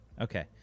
Okay